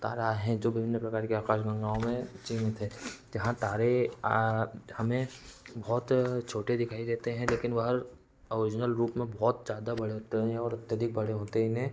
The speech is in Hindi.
तारा हैं जो विभिन्न प्रकार की आकाश गंगाओं में सीमित है जहाँ तारे हमें बहुत छोटे दिखाई देते हैं लेकिन वह ओइजनल रूप में बहुत ज़्यादा बड़े होते हैं और अत्यधिक बड़े होते इन्हें